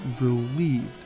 relieved